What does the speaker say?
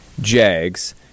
Jags